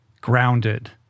grounded